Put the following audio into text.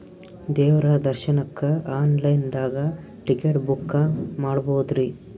ದೇವ್ರ ದರ್ಶನಕ್ಕ online ದಾಗ ಟಿಕೆಟ ಬುಕ್ಕ ಮಾಡ್ಬೊದ್ರಿ?